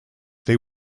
they